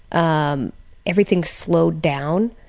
um everything slowed down,